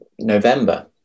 november